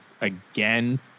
again